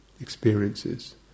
experiences